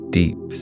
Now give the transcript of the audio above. deep